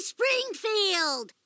Springfield